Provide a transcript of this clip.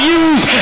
use